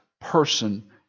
person